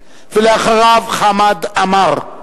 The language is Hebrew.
ואחריו, חמד עמאר,